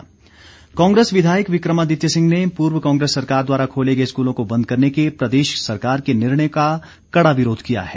विक्रमादित्य कांग्रेस विधायक विक्रमादित्य सिंह ने पूर्व कांग्रेस सरकार द्वारा खोले गए स्कूलों को बंद करने के प्रदेश सरकार के निर्णय का कड़ा विरोध किया है